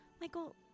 Michael